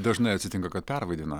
dažnai atsitinka kad pervaidina